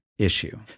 Issue